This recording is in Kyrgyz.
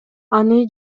аны